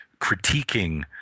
critiquing